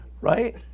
Right